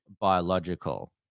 biological